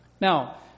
Now